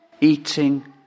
eating